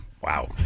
Wow